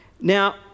Now